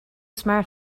smart